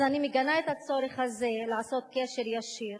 אז אני מגנה את הצורך הזה לעשות קשר ישיר